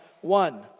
one